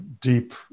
deep